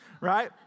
right